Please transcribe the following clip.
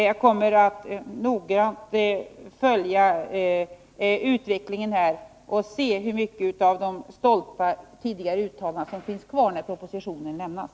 Jag kommer att noga följa utvecklingen och se hur mycket av de tidigare stolta uttalandena som finns kvar när propositionen lämnas.